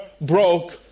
broke